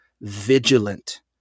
vigilant